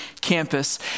campus